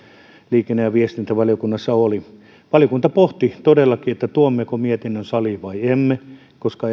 liikenne ja viestintävaliokunnassa oli valiokunta todellakin pohti tuommeko mietinnön saliin vai emme koska